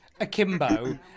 akimbo